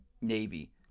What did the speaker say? Navy